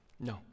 No